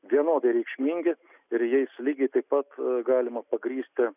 vienodai reikšmingi ir jais lygiai taip pat galima pagrįsti